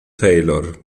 taylor